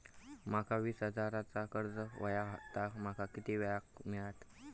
माका वीस हजार चा कर्ज हव्या ता माका किती वेळा क मिळात?